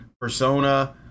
persona